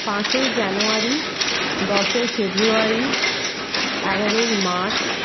পাঁচই জানুয়ারি দশই ফেব্রুয়ারি এগারোই মার্চ